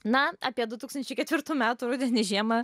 na apie du tūkstančiai ketvirtų metų rudenį žiemą